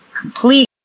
complete